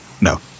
No